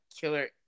killer